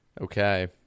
Okay